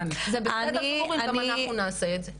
זה בסדר גמור אם גם אנחנו נעשה את זה.